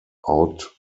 out